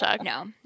No